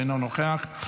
אינו נוכח,